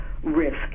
Risk